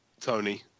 Tony